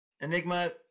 Enigma